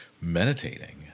meditating